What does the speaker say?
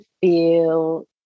feel